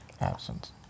Absence